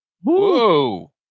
Whoa